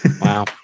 Wow